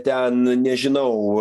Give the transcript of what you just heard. ten nežinau